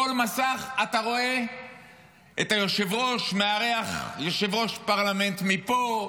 בכל מסך אתה רואה את היושב-ראש מארח יושב-ראש פרלמנט מפה,